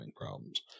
problems